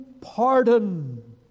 pardon